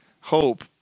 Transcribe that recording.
hope